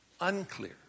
unclear